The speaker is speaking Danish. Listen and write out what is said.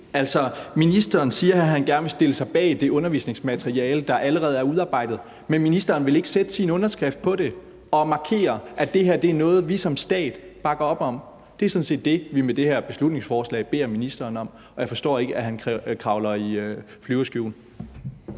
ministeren siger, at han gerne vil stille sig bag det undervisningsmateriale, der allerede er udarbejdet, men ministeren vil ikke sætte sin underskrift på det og markere, at det her er noget, vi som stat bakker op om. Det er sådan set det, vi med det her beslutningsforslag beder ministeren om, og jeg forstår ikke, at han kravler i flyverskjul.